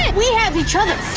we have each other.